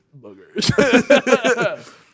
Boogers